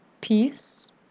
peace